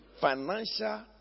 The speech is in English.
financial